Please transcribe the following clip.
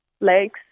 legs